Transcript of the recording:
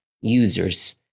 users